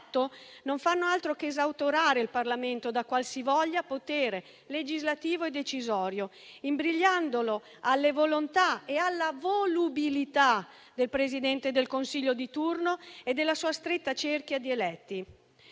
non fanno altro che esautorare il Parlamento da qualsivoglia potere legislativo e decisorio, imbrigliandolo alle volontà e alla volubilità del Presidente del Consiglio di turno e della sua stretta cerchia di eletti,